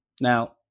Now